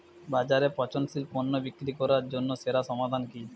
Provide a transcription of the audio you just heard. বাজারে পচনশীল পণ্য বিক্রি করার জন্য সেরা সমাধান কি?